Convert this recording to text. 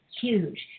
huge